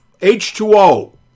H2O